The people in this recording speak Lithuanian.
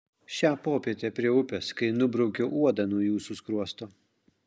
šią popietę prie upės kai nubraukiau uodą nuo jūsų skruosto